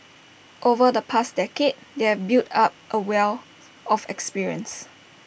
over the past decade they have built up A wealth of experience